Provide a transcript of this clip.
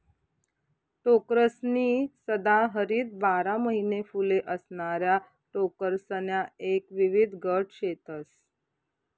टोकरसनी सदाहरित बारा महिना फुले असणाऱ्या टोकरसण्या एक विविध गट शेतस